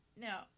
now